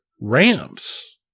ramps